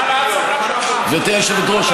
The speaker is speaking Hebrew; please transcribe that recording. גברתי היושבת-ראש,